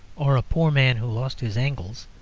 or a poor man who lost his angles,